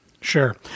Sure